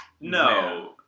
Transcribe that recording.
No